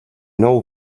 nou